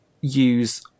use